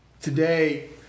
today